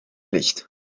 licht